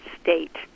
state